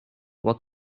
what